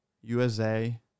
USA